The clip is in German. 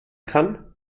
kann